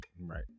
Right